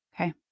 Okay